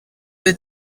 the